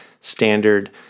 standard